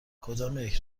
کدامیک